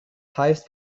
highest